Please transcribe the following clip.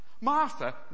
Martha